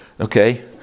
okay